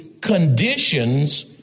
conditions